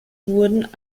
wurden